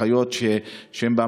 אחיות שהם,